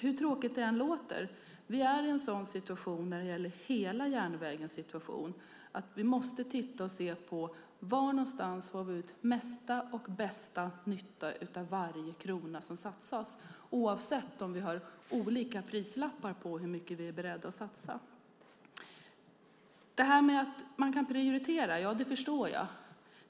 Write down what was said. Hur tråkigt det än låter är vi när det gäller hela järnvägen i en sådan situation att vi måste se på var vi får ut mesta och bästa nytta av varje krona som satsas, oavsett om vi har olika prislappar på hur mycket vi är beredda att satsa. Att man kan prioritera förstår jag.